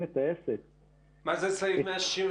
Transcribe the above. מה זה סעיף 197?